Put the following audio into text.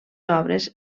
obres